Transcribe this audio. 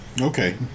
Okay